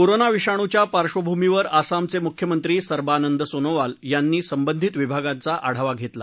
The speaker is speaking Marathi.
कोरोना विषाणूच्या पार्धभूमीवर आसामचे मुख्यमंत्री सरबानंद सोनोवाल यांनी संबंधित विभागाचा आढावा घेतला